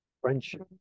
friendship